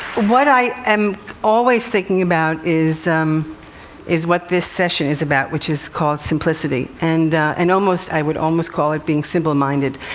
what i am always thinking about is um is what this session is about, which is called simplicity. and and almost, i would almost call it being simple-minded,